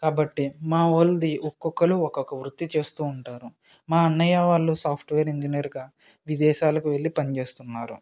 కాబట్టి మా వాళ్ళది ఒక్కొక్కరు ఒక్కొక్క వృత్తి చేస్తు ఉంటారు మా అన్నయ్య వాళ్ళు సాఫ్ట్వేర్ ఇంజనీరుగా విదేశాలకు వెళ్ళి పని చేస్తున్నారు